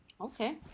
Okay